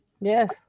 Yes